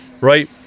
right